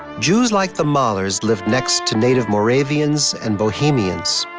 jews like the mahlers lived next to native moravians and bohemians,